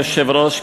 אדוני היושב-ראש,